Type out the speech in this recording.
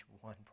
one